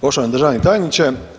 Poštovani državni tajniče.